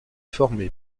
formé